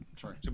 sorry